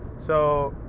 so